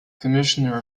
commissioner